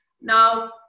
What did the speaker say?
Now